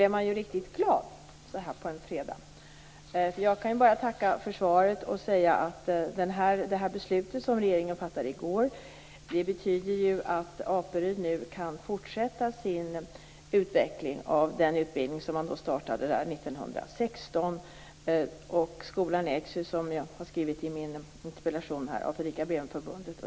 Herr talman! För en gångs skull är jag riktigt glad så här på en fredag, för jag kan bara tacka för svaret och säga att det beslut som regeringen fattade i går betyder att Apelrydsskolan nu kan fortsätta sin utveckling av den utbildning som startades där 1916. Skolan ägs ju, som jag har skrivit i min interpellation, av Fredrika Bremerförbundet.